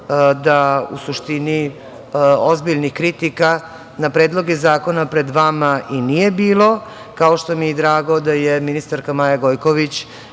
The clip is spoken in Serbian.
da u suštini ozbiljnih kritika na predloge zakona pred vama i nije bilo, kao što mi je i drago da je ministarka Maja Gojković